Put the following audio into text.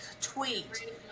tweet